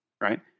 right